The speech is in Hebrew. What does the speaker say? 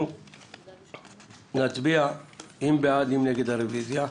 אנחנו נצביע בעד ונגד הרביזיה,